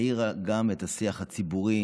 העירה גם את השיח הציבורי,